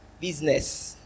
business